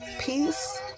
Peace